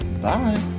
Bye